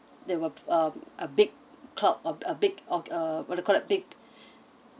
there were um a big clock or a bit of uh what you called that big